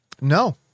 no